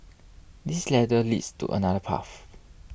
this ladder leads to another path